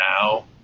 now